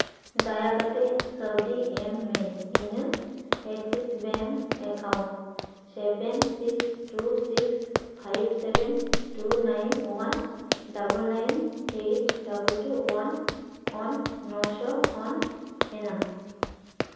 ᱫᱟᱭᱟ ᱠᱟᱛᱮᱜ ᱠᱟᱹᱣᱰᱤ ᱮᱢ ᱢᱮ ᱤᱧᱟᱹᱜ Axis bank account seven six two six five seven two nine one double nine eight double two one ᱠᱷᱚᱱ ᱱᱚᱥᱚ ᱠᱷᱚᱱ ᱦᱮᱱᱟ